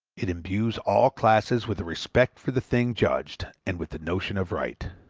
it imbues all classes with a respect for the thing judged, and with the notion of right.